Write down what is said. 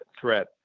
threat